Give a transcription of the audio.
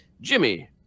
Jimmy